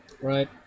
right